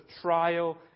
trial